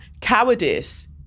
cowardice